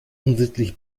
unsittlich